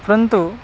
परन्तु